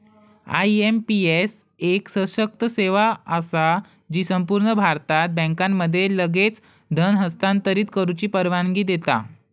IMPS एक सशक्त सेवा असा जी संपूर्ण भारतात बँकांमध्ये लगेच धन हस्तांतरित करुची परवानगी देता